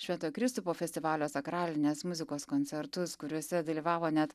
šventojo kristupo festivalio sakralinės muzikos koncertus kuriuose dalyvavo net